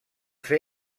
fer